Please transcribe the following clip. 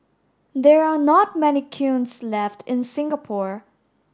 there are not many kilns left in Singapore